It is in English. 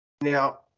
now